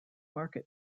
market